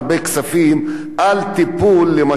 למשל בחוסר דם.